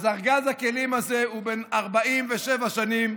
אז ארגז הכלים הזה הוא בן 47 שנים,